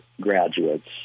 graduates